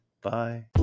Bye